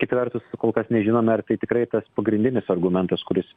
kita vertus kol kas nežinome ar tai tikrai tas pagrindinis argumentas kuris